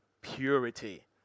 purity